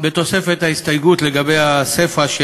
בתוספת ההסתייגות לגבי הסיפה,